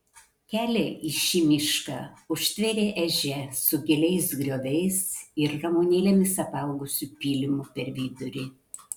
kelią į šį mišką užtvėrė ežia su giliais grioviais ir ramunėlėmis apaugusiu pylimu per vidurį